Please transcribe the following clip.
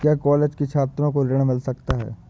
क्या कॉलेज के छात्रो को ऋण मिल सकता है?